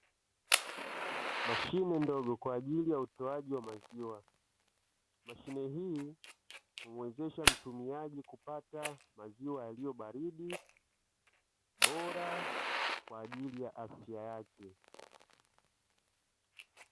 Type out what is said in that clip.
Mashine ndogo kwa ajili ya utoaji wa maziwa. Mashine hii humuwezesha mtumiaji kupata maziwa yaliyo baridi, bora kwa ajili ya afya yake.